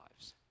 lives